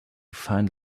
find